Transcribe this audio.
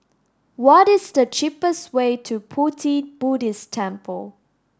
what is the cheapest way to Pu Ti Buddhist Temple